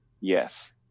Yes